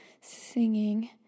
singing